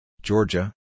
Georgia